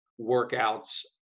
workouts